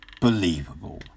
believable